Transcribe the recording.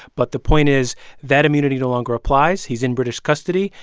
but the point is that immunity no longer applies. he's in british custody,